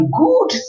good